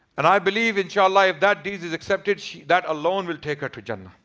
and i believe inch'allah, if that deed is accepted she that alone will take her to jannah.